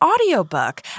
audiobook